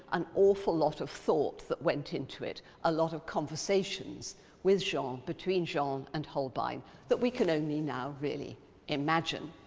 an awful lot of thought that went into it, a lot of conversations so um between jean and holbein that we can only now really imagine.